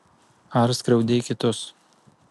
ar skriaudei kitus